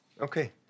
Okay